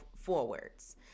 forwards